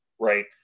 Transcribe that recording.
Right